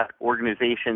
organizations